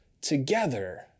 together